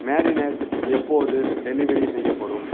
marinate எப்போது delivery செய்யப்படும்